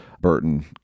Burton